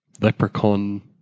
leprechaun